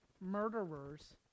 murderers